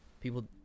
People